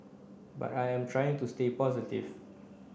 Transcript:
but I am trying to stay positive